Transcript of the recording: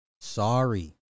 sorry